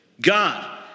God